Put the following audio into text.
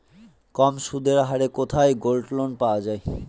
কম সুদের হারে কোথায় গোল্ডলোন পাওয়া য়ায়?